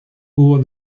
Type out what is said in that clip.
hubo